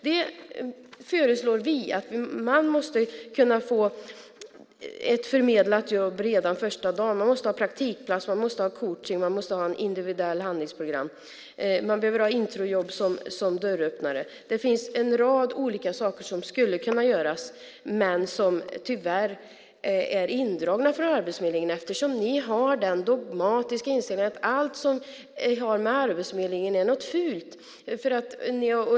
Vi föreslår att man måste kunna få ett förmedlat jobb redan första dagen. Man måste ha praktikplats, coachning och ett individuellt handlingsprogram. Man behöver ha introjobb som dörröppnare. Det finns en rad olika saker som skulle kunna göras men som tyvärr är indragna för Arbetsförmedlingen eftersom ni har den dogmatiska inställningen att allt som har med Arbetsförmedlingen att göra är något fult.